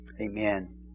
Amen